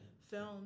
film